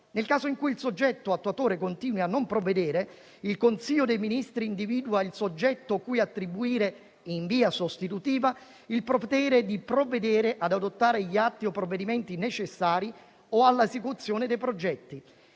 Nel caso in cui il soggetto attuatore continui a non provvedere, il Consiglio dei ministri individua il soggetto cui attribuire, in via sostitutiva, il potere di provvedere ad adottare gli atti o i provvedimenti necessari o all'esecuzione dei progetti.